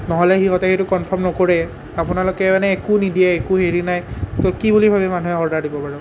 নহ'লে সিহঁতে সেইটো কনফাৰ্ম নকৰেই আপোনালোকে মানে একো নিদিয়ে একো হেৰি নাই তৌ কি বুলি ভাবি মানুহে অৰ্ডাৰ দিব বাৰু